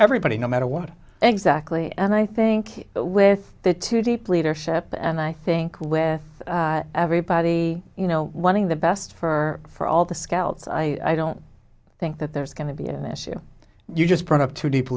everybody no matter what exactly and i think with the two deep leadership and i think with everybody you know wanting the best for all the scouts i don't think that there's going to be an issue you just brought up too deep